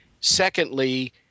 Secondly